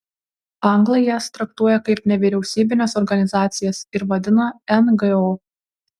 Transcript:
anglai jas traktuoja kaip nevyriausybines organizacijas ir vadina ngo